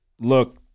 look